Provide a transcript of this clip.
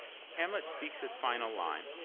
hamlet speaks his final line,